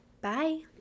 Bye